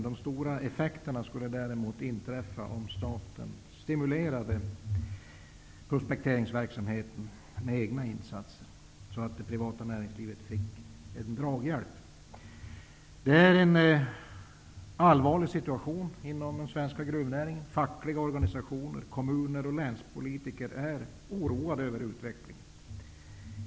De stora effekterna skulle däremot inträffa om staten med egna insatser skulle stimulera prospekteringsverksamheten så att det privata näringslivet därmed skulle få en draghjälp. Det råder för närvarande en allvarlig situation inom svensk gruvnäring. Fackliga organisationer, kommuner och länspolitiker är oroade över utvecklingen.